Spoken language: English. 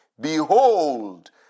Behold